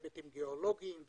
היבטים גיאולוגיים,